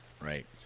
right